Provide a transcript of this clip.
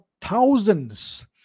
thousands